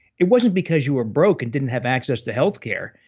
it wasn't because you were broke and didn't have access to healthcare.